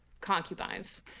concubines